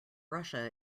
russia